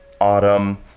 autumn